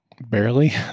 barely